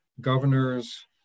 governors